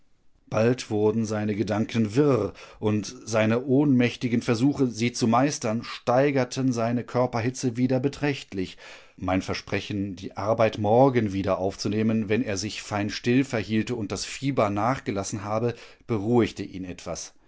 bald wurden seine gedanken wirr und seine ohnmächtigen versuche sie zu meistern steigerten seine körperhitze wieder beträchtlich mein versprechen die arbeit morgen wieder aufzunehmen wenn er sich fein still verhielte und das fieber nachgelassen habe beruhigte ihn etwas